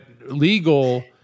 legal